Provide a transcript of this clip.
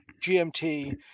GMT